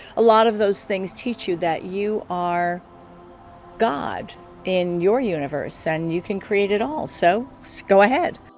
a lot of those things teach you that you are god in your universe and you can create it all so let's so go ahead